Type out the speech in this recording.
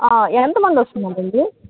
ఎంతమందొస్తున్నారండి